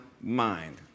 mind